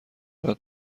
بعد